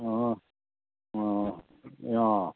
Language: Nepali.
अँ अँ ए अँ